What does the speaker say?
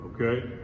okay